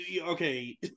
Okay